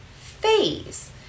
phase